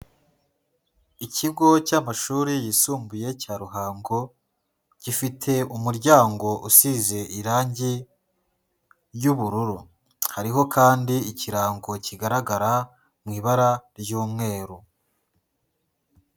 Ikigo cy'amashuri yisumbuye cya Ruhango gifite umuryango usize irangi ry'ubururu, hariho kandi ikirango kigaragara mu ibara ry'umweru.